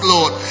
Lord